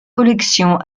collections